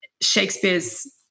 Shakespeare's